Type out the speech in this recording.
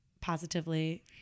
positively